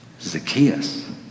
Zacchaeus